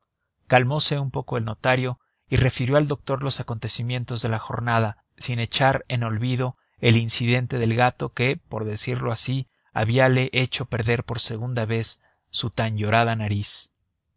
favor calmose un poco el notario y refirió al doctor los acontecimientos de la jornada sin echar en olvido el incidente del gato que por decirlo así habíale hecho perder por segunda vez su tan llorada nariz